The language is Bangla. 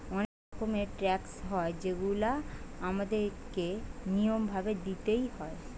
অনেক রকমের ট্যাক্স হয় যেগুলা আমাদের কে নিয়ম ভাবে দিইতে হয়